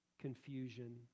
confusion